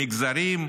למגזרים,